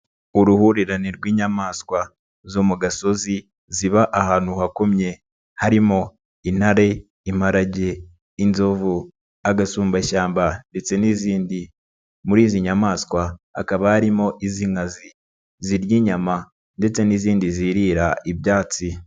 Uruhurirane rw'inyamaswa zo mu gasozi ziba ahantu hakomye, harimo Intare, Imparage, Inzovu, agasumbashyamba ndetse n'izindi, muri izi nyamaswa hakaba harimo iz'inkazi zirya inyama ndetse n'izindi zirira ibyatsi.